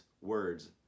words